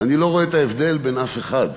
אני לא רואה את ההבדל בין אף אחד.